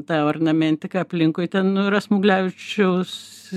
ta ornamentika aplinkui ten yra smuglevičiaus